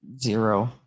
zero